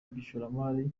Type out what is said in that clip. by’ishoramari